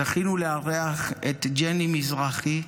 זכינו לארח את ג'ני מזרחי,